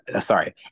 sorry